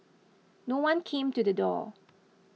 no one came to the door